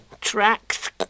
Tracks